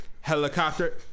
Helicopter